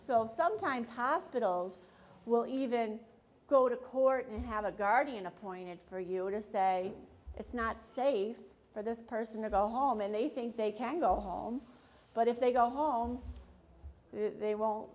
so sometimes hospitals will even go to court and have a guardian appointed for you know to say it's not safe for this person to go home and they think they can go home but if they go home they won't